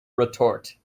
retort